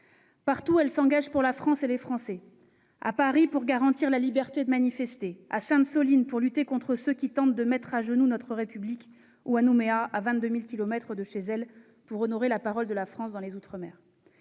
l'ordre s'engagent pour la France et les Français : à Paris, pour garantir la liberté de manifester ; à Sainte-Soline, pour lutter contre ceux qui tentent de mettre à genoux notre République ; à Nouméa, à 22 000 kilomètres de la métropole, pour honorer la parole de la France dans les outre-mer.